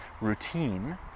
routine